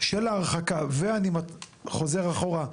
של ההרחקה ואני חוזר אחורה,